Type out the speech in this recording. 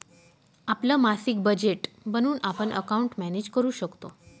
आपलं मासिक बजेट बनवून आपण अकाउंट मॅनेज करू शकतो